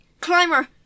Climber